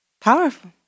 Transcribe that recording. Powerful